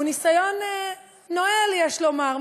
הוא ניסיון נואל, יש לומר.